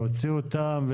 להוציא אותם,